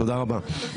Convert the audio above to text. תודה רבה.